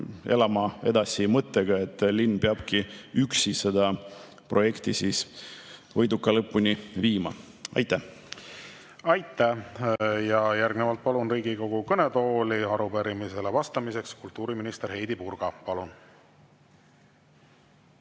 elama edasi mõttega, et linn peabki üksi selle projekti võiduka lõpuni viima? Aitäh! Aitäh! Järgnevalt palun Riigikogu kõnetooli arupärimisele vastama kultuuriminister Heidy Purga. Palun!